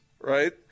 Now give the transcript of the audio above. right